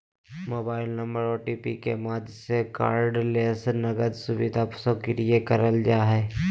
mobile number OTP के माध्यम से कार्डलेस नकद सुविधा सक्रिय करल जा हय